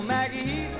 Maggie